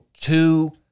two